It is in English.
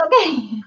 Okay